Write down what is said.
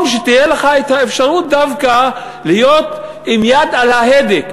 שתהיה לך אפשרות דווקא להיות עם יד על ההדק,